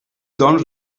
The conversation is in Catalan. doncs